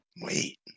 Wait